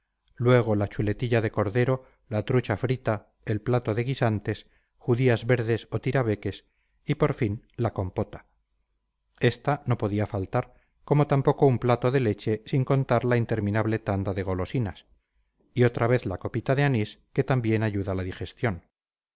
luego la chuletilla de cordero la trucha frita el plato de guisantes judías verdes o tirabeques y por fin la compota esta no podía faltar como tampoco un plato de leche sin contar la interminable tanda de golosinas y otra vez la copita de anís que tan bien ayuda la digestión